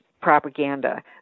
propaganda